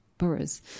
boroughs